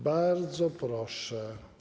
Bardzo proszę.